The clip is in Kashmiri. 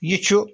یہِ چھُ